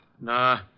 Nah